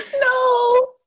No